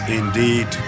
indeed